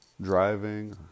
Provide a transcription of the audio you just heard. driving